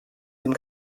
dem